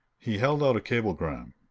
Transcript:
he held out a cablegram.